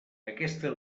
aquesta